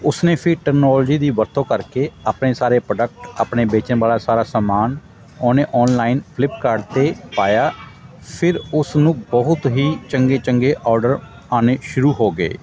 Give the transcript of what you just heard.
ਉਸ ਨੇ ਫਿਰ ਟਕਨੋਲਜੀ ਦੀ ਵਰਤੋਂ ਕਰਕੇ ਆਪਣੇ ਸਾਰੇ ਪ੍ਰੋਡਕਟ ਆਪਣੇ ਵੇਚਣ ਵਾਲਾ ਸਾਰਾ ਸਮਾਨ ਉਹਨੇ ਔਨਲਾਈਨ ਫਲਿੱਪਕਾਰਟ 'ਤੇ ਪਾਇਆ ਫਿਰ ਉਸ ਨੂੰ ਬਹੁਤ ਹੀ ਚੰਗੇ ਚੰਗੇ ਓਡਰ ਆਉਣੇ ਸ਼ੁਰੂ ਹੋ ਗਏ